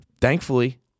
Thankfully